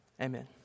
Amen